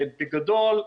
בגדול,